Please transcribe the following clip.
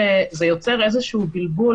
שזה יוצר בלבול,